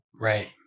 Right